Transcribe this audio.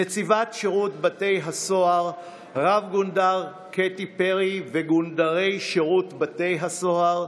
נציבת שירות בתי הסוהר רב-גונדר קטי פרי וגונדרי שירות בתי הסוהר,